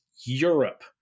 Europe